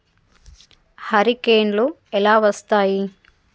హరికేన్లు ఎలా వస్తాయి?